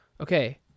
Okay